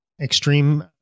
Extreme